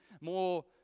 more